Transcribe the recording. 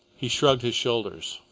he shrugged his shoulders.